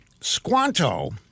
Squanto